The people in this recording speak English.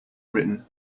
written